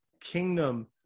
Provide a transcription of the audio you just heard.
kingdom